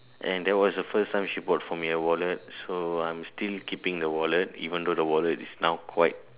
and that was the first time she bought for me a wallet so I'm still keeping the wallet even though the wallet is now quite